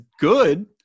good